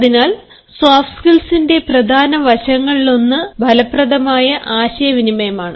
അതിനാൽ സോഫ്റ്റ് സ്കിൽസിന്റെ പ്രധാന വശങ്ങളിലൊന്ന് ഫലപ്രദമായ ആശയവിനിമയമാണ്